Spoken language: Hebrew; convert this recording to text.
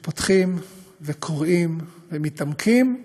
שכשפותחים וקוראים ומתעמקים,